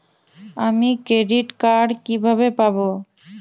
আমি credit card কিভাবে পাবো?